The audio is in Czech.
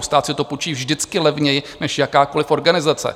Stát si to půjčí vždycky levněji než jakákoliv organizace.